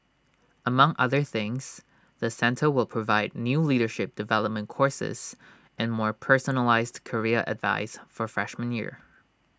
among other things the centre will provide new leadership development courses and more personalised career advice for freshman year